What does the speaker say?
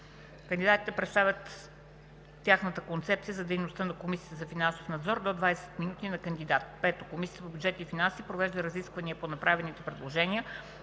Кандидатите представят тяхната концепция за дейността на Комисията за финансов надзор – до 20 минути на кандидат. 5. Комисията по бюджет и финанси провежда разисквания по направените предложения.